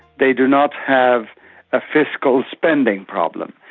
they do not have a fiscal spending problem.